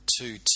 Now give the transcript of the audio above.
two